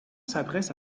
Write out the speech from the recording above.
s’adresse